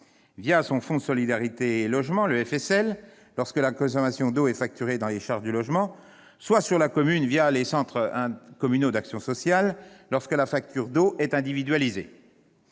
son fonds de solidarité pour le logement, le FSL, lorsque la consommation d'eau est facturée dans les charges du logement, soit sur la commune, le centre communal d'action sociale, ou CCAS, lorsque la facture d'eau est individualisée.